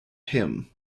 hymn